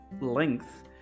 length